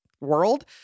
world